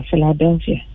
Philadelphia